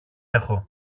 έχω